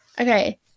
Okay